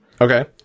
Okay